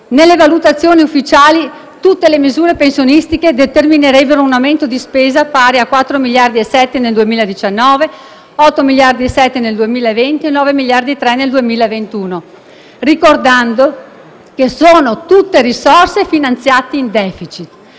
Nelle valutazioni ufficiali tutte le misure pensionistiche determinerebbero un aumento di spesa pari a 4,7 miliardi di euro nel 2019, 8,7 miliardi nel 2020 e 9,3 miliardi nel 2021. Ricordo che sono tutte risorse finanziate in *deficit*.